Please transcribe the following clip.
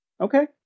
Okay